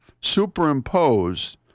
superimposed